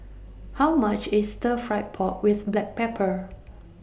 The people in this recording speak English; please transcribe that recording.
How much IS Stir Fry Pork with Black Pepper